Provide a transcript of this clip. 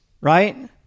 right